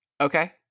Okay